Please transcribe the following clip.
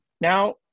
now